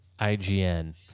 IGN